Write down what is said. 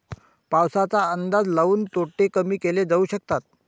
पाऊसाचा अंदाज लाऊन तोटे कमी केले जाऊ शकतात